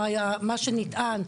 מה שנטען,